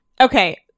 Okay